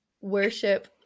Worship